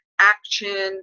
action